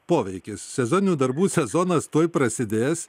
poveikis sezoninių darbų sezonas tuoj prasidės